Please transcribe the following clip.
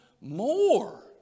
more